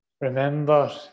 remember